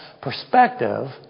perspective